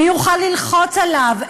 מי יוכל ללחוץ עליו?